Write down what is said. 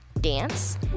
dance